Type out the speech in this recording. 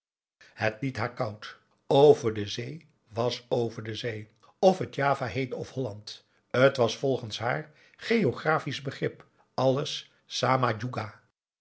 het liet haar koud over de zee was over de zee of het java heette of holland t was volgens haar geographisch begrip alles